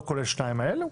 לא כולל השתיים האלה.